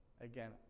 again